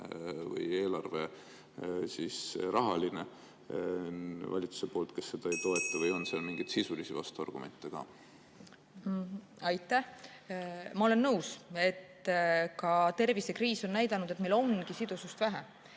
fiskaalne või rahaline valitsuse poolt, kes seda ei toeta, või on seal ka mingeid sisulisi vastuargumente? Aitäh! Ma olen nõus, ka tervisekriis on näidanud, et meil ongi sidusust vähe.